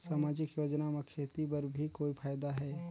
समाजिक योजना म खेती बर भी कोई फायदा है?